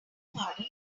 pardon